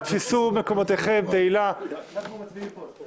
כי היא מאפשרת לממשלה משילות מוחלטת בלי פיקוח פרלמנטרי,